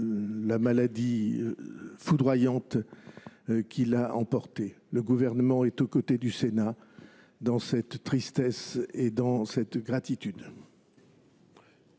une maladie foudroyante. Le Gouvernement est aux côtés du Sénat dans cette tristesse et dans cette gratitude.